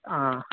ఆ